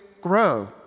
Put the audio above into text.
grow